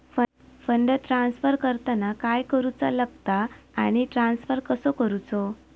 Fund transfer करताना काय करुचा लगता आनी ट्रान्स्फर कसो करूचो?